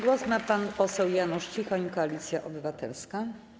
Głos ma pan poseł Janusz Cichoń, Koalicja Obywatelska.